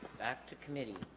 back to committee